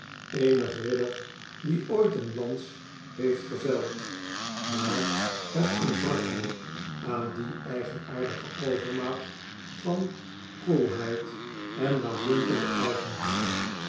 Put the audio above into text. eenig ridder die ooit een lans heeft geveld maar het ontbrak hem aan die eigenaardige overmaat van koelheid en laatdunkende eigenliefde